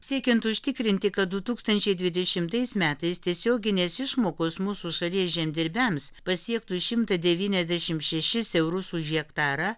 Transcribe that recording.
siekiant užtikrinti kad du tūkstančiai dvidešimtais metais tiesioginės išmokos mūsų šalies žemdirbiams pasiektų šimtą devyniasdešim šešis eurus už hektarą